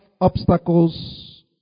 obstacles